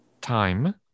time